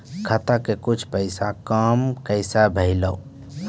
खाता के कुछ पैसा काम कैसा भेलौ?